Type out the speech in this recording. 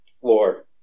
floor